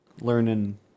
learning